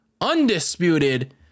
undisputed